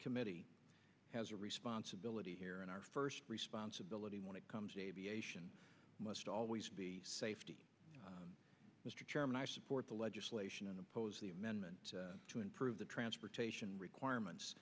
committee has a responsibility here and our first responsibility when it comes to aviation must always be safety mr chairman i support the legislation on oppose the amendment to improve the transportation requirements